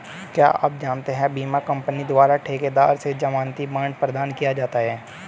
क्या आप जानते है बीमा कंपनी द्वारा ठेकेदार से ज़मानती बॉण्ड प्रदान किया जाता है?